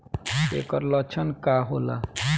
ऐकर लक्षण का होला?